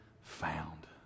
found